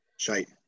Shite